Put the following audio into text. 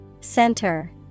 Center